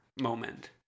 moment